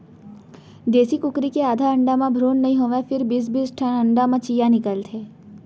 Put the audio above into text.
देसी कुकरी के आधा अंडा म भ्रून नइ होवय फेर बीस बीस ठन अंडा म चियॉं निकलथे